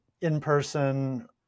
in-person